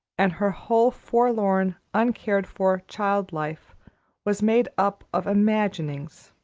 and her whole forlorn, uncared-for child-life was made up of imaginings.